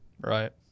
Right